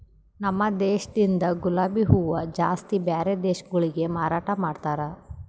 ನಮ ದೇಶದಿಂದ್ ಗುಲಾಬಿ ಹೂವ ಜಾಸ್ತಿ ಬ್ಯಾರೆ ದೇಶಗೊಳಿಗೆ ಮಾರಾಟ ಮಾಡ್ತಾರ್